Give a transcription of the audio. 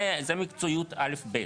זה מקצועיות, א'-ב'.